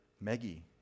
Maggie